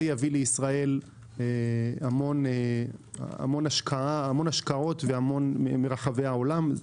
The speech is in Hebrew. זה יביא לישראל המון השקעות מרחבי העולם.